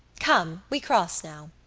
come, we cross now.